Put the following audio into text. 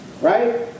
Right